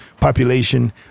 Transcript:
population